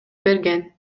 берген